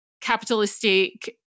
capitalistic